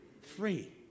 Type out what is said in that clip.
free